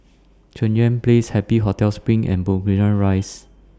Cheng Yan Place Happy Hotel SPRING and Burgundy Rise